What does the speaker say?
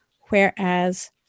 Whereas